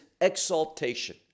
exaltation